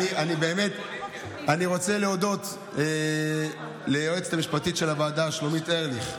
באמת אני רוצה להודות ליועצת המשפטית של הוועדה שלומית ארליך,